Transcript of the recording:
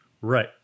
Right